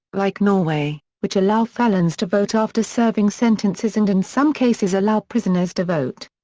like norway, which allow felons to vote after serving sentences and in some cases allow prisoners to vote.